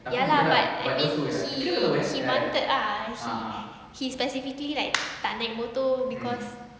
ya lah but I think he he wanted ah he she specifically like tak naik motor cause